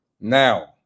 Now